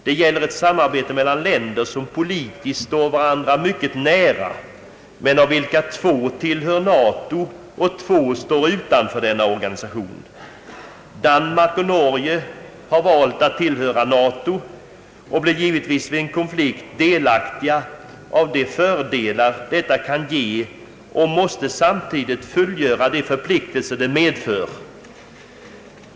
Det gäller ett samarbete mellan länder som politiskt står varandra mycket nära men av vilka två tillhör NATO och två står utanför denna organisation. Danmark och Norge har valt att tillhöra NATO och blir givetvis vid en konflikt delaktiga av de fördelar detta kan ge och måste samtidigt fullgöra de förpliktelser det medför.